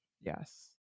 Yes